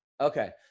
Okay